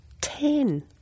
Ten